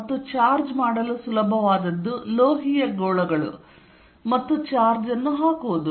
ಮತ್ತು ಚಾರ್ಜ್ ಮಾಡಲು ಸುಲಭವಾದದ್ದು ಲೋಹೀಯ ಗೋಳಗಳು ಮತ್ತು ಚಾರ್ಜ್ ಅನ್ನು ಹಾಕುವುದು